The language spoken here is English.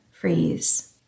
freeze